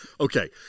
Okay